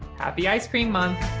happy ice cream month!